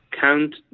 count